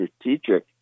strategic